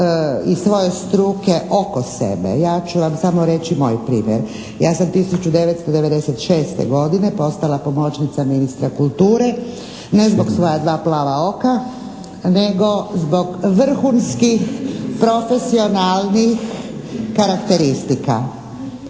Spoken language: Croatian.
iz svoje struke oko sebe. Ja ću vam samo reći moj primjer. Ja sam 1996. godine postala pomoćnica ministra kulture ne zbog svoja dva plava oka nego zbog vrhunskih profesionalnih karakteristika.